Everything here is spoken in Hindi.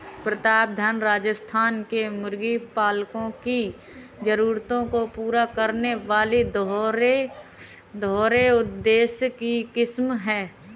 प्रतापधन राजस्थान के मुर्गी पालकों की जरूरतों को पूरा करने वाली दोहरे उद्देश्य की किस्म है